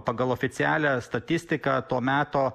pagal oficialią statistiką to meto